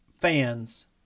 fans